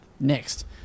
next